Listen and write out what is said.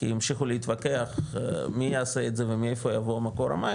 כי המשיכו להתווכח מי יעשה את זה ומאיפה יבוא מקור המים,